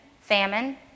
famine